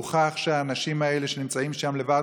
הוכח שהאנשים האלה שנמצאים שם לבד,